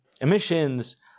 emissions